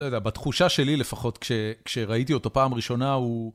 לא יודע, בתחושה שלי לפחות, כשראיתי אותו פעם ראשונה, הוא...